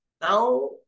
Now